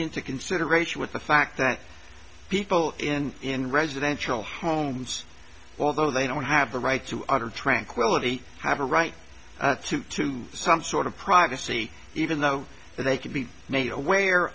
into consideration with the fact that people in in residential homes although they don't have the right to utter tranquility have a right to some sort of privacy even though they could be made aware